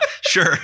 sure